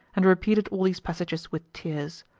and repeated all these passages with tears.